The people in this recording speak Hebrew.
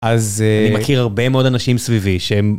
אז אני מכיר הרבה מאוד אנשים סביבי שהם.